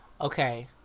Okay